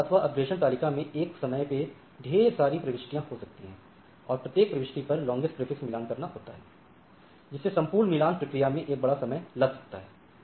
तो राउटर अथवा अग्रेषण तालिका में एक समय पे ढेर सारी प्रविष्टियां हो सकती हैं और प्रत्येक प्रविष्टि पर लांगेस्ट प्रेफिक्स मिलान करना होता है जिससे संपूर्ण मिलान प्रक्रिया में एक बड़ा समय लग सकता है